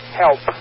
help